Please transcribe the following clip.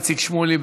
איציק שמולי,